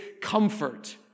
comfort